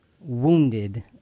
wounded